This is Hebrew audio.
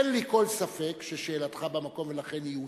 אין לי כל ספק ששאלתך במקום, ולכן היא אושרה,